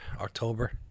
October